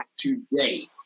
today